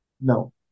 No